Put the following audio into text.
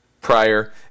prior